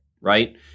right